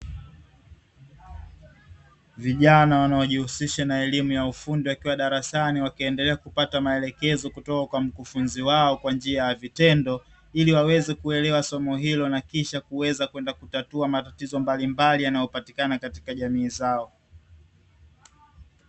Vijana wanaojihusisha na elimu ya ufundi wakiwa darasani wakiendelea kupata maelekezo kutoka kwa mkufunzi wao kwa njia ya vitendo ili waweze kuelewa somo hilo na kisha kuweza kwenda kutatua matatizo mbalimbali yanayopatikana katika jamii zao.